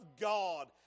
God